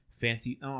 Fancy